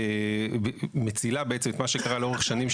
והן מצילות בעצם את מה שקרה לאורך שנים,